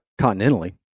continentally